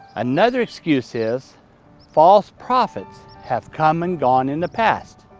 another excuse is false prophets have come and gone in the past.